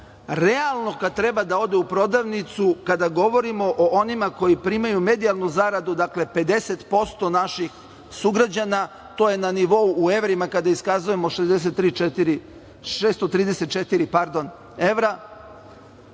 Realno, kada treba da ode u prodavnicu, kada govorimo o onima koji primaju medijalnu zaradu, dakle 50% naših sugrađana, to je na nivou u evrima, kada iskazujemo 634 evra,